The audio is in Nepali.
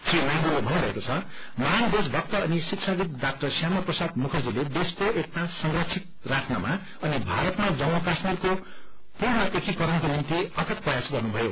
श्री नायबूले भन्नुभएको छ महान देश भक्त अनि शिक्षाविद हाक्टर श्यामा प्रसाद मुखर्जीले देश्को एकता संरक्षित राख्नमा अनि भारतका जम्मू काश्मीरको पूर्ण एकीकरणको निम्ता अथक प्रयास गर्नुभयो